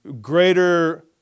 greater